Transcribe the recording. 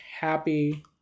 happy